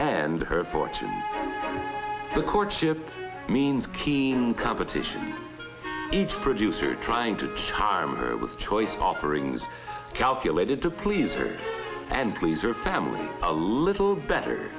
and her fortune the courtship means keen competition each producer trying to time with choice offerings calculated to please her and please her family a little better